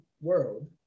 world